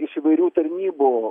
iš įvairių tarnybų